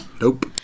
Nope